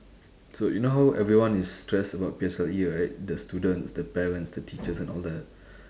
so you know how everyone is stressed about P_S_L_E right the students the parents the teachers and all that